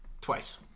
twice